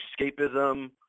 escapism